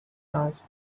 asked